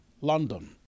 London